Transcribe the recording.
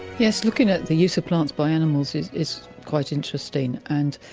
yes, looking at the use of plants by animals is is quite interesting and,